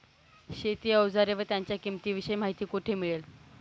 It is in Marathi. शेती औजारे व त्यांच्या किंमतीविषयी माहिती कोठे मिळेल?